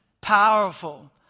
powerful